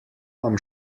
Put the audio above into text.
vam